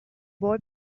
boy